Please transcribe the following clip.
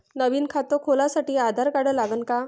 नवीन खात खोलासाठी आधार कार्ड लागन का?